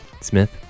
smith